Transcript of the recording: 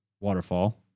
waterfall